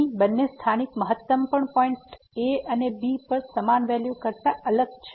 અહીં બંને સ્થાનિક મહત્તમ પણ પોઈન્ટ a અને b પર સમાન વેલ્યુ કરતા અલગ છે